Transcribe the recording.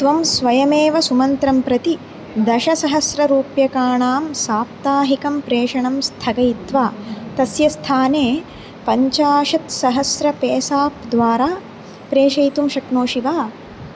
त्वं स्वयमेव सुमन्त्रं प्रति दशसहस्ररूप्यकाणां साप्ताहिकं प्रेषणं स्थगयित्वा तस्य स्थाने पञ्चाशत्सहस्र पेसाप् द्वारा प्रेषयितुं शक्नोषि वा